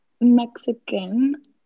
mexican